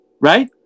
right